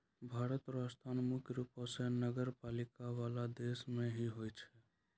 भारत र स्थान मुख्य रूप स नगरपालिका वाला देश मे ही होय छै